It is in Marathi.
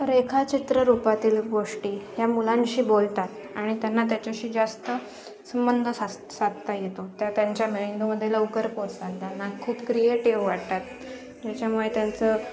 रेखाचित्र रूपातील गोष्टी ह्या मुलांशी बोलतात आणि त्यांना त्याच्याशी जास्त संबंध साज साधता येतो त्या त्यांच्या मेंदूमध्ये लवकर पोहोचतात त्यांना खूप क्रिएटिव वाटतात ज्याच्यामुळे त्यांचं